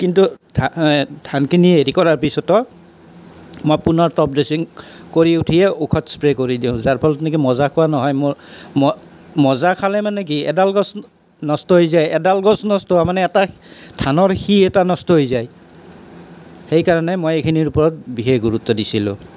কিন্তু ধা ধানখিনি হেৰি কৰাৰ পিছতো মই পুনৰ টপ ড্ৰেছিং কৰি উঠি ঔষধ স্প্ৰে কৰি দিওঁ তাৰ ফলত নেকি মজা খোৱা নহয় মোৰ ম মজা খালে মানে কি এডাল গছ নষ্ট হৈ যায় এডাল গছ নষ্ট হোৱা মানে এটা ধানৰ শিৰ এটা নষ্ট হৈ যায় সেইকাৰণে মই এইখিনিৰ ওপৰত বিশেষ গুৰুত্ব দিছিলোঁ